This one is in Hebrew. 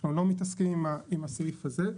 אנחנו לא מתעסקים עם הסעיף הזה.